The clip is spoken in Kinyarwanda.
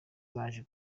baje